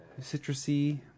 citrusy